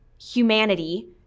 humanity